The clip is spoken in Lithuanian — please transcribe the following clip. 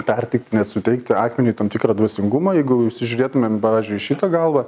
perteikt net suteikti akmeniui tam tikrą dvasingumą jeigu įsižiūrėtumėm pavyzdžiui į šitą galvą